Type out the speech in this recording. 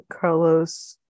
Carlos